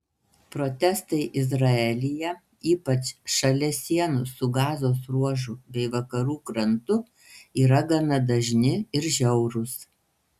protestai izraelyje ypač šalia sienų su gazos ruožu bei vakarų krantu yra gana dažni ir žiaurūs